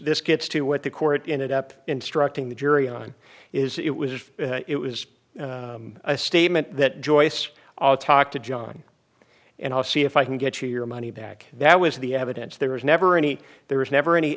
this gets to what the court in it up instructing the jury on is it was it was a statement that joyce talked to john and i'll see if i can get you your money back that was the evidence there was never any there was never any